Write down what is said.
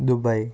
Dubai